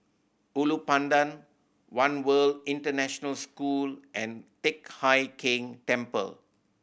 Ulu Pandan One World International School and Teck Hai Keng Temple